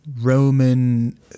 Roman